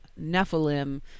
Nephilim